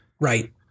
right